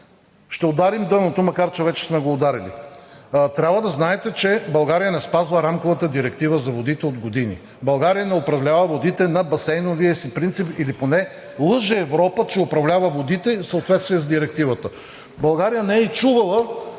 ще ударим дъното, макар че вече сме го ударили. Трябва да знаете, че България не спазва Рамковата директива за водите от години, България не управлява водите на басейновия си принцип, или поне лъже Европа, че управлява водите в съответствие с Директивата. България не е и чувала